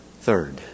Third